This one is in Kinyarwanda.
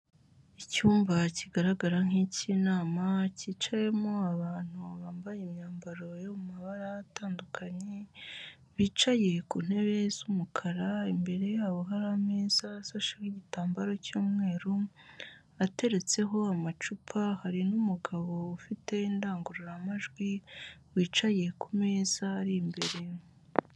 Icyumba kigaragara nk'icy'inama cyicayemo abantu bambaye imyambaro yo mu mabara atandukanye, bicaye ku ntebe z'umukara imbere yabo hari ameza asasheho igitambaro cy'umweru ateretseho amacupa hari n'umugabo ufite indangururamajwi wicaye kumeza ari imbere.